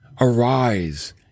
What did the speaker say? arise